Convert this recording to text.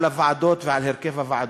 על הוועדות ועל הרכב הוועדות.